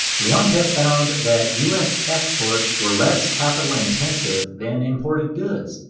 leontief found that us exports were less capital-intensive than imported goods,